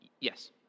Yes